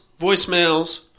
voicemails